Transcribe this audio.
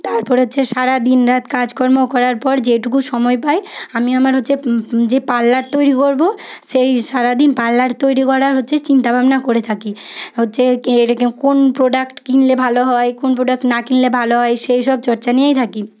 তারপর হচ্ছে সারাদিন রাত কাজকর্ম করার পর যেইটুকু সময় পাই আমি আমার হচ্ছে যে পার্লার তৈরি করব সেই সারাদিন পার্লার তৈরি করার হচ্ছে চিন্তাভাবনা করে থাকি হচ্ছে এটাকে কোন প্রোডাক্ট কিনলে ভালো হয় কোন প্রোডাক্ট না কিনলে ভালো হয় সেইসব চর্চা নিয়েই থাকি